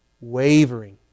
wavering